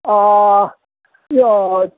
यो